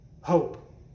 hope